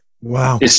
Wow